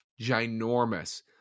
ginormous